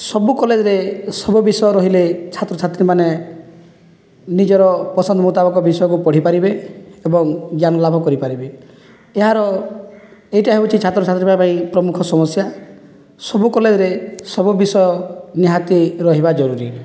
ସବୁ କଲେଜରେ ସବୁ ବିଷୟ ରହିଲେ ଛାତ୍ରଛାତ୍ରୀମାନେ ନିଜର ପସନ୍ଦ ମୁତାବକ ବିଷୟକୁ ପଢ଼ିପାରିବେ ଏବଂ ଜ୍ଞାନଲାଭ କରିପାରିବେ ଏହାର ଏଇଟା ହେଉଛି ଛାତ୍ରଛାତ୍ରୀମାନଙ୍କ ପାଇଁ ପ୍ରମୁଖ ସମସ୍ୟା ସବୁ କଲେଜରେ ସବୁ ବିଷୟ ନିହାତି ରହିବା ଜରୁରୀ